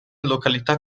località